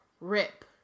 Rip